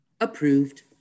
approved